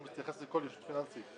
הוא מתייחס לכל ישות פיננסית,